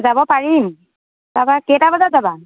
যাব পাৰিম তাৰপৰা কেইটা বজাত যাবা